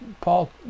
Paul